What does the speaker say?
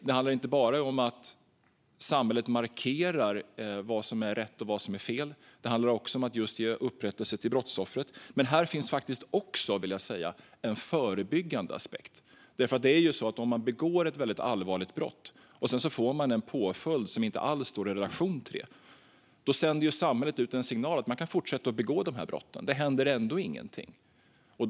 Det handlar inte bara om att samhället markerar vad som är rätt och fel. Det handlar också om att ge upprättelse till brottsoffret. Det finns också en förebyggande aspekt. Till den som begår ett allvarligt brott och får en påföljd som inte står i relationen till det sänder samhället ut signalen att man kan fortsätta att begå dessa brott eftersom inget händer.